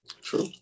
True